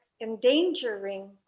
endangering